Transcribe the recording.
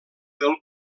del